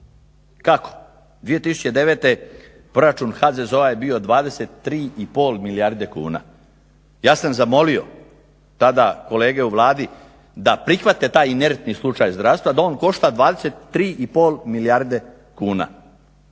Kako? 2009. proračun HZZO-a je bio 23,5 milijarde kuna. Ja sam zamolio tada kolege u Vladi da prihvate taj inertni slučaj zdravstva da on košta 23,5 milijarde kuna